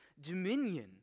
dominion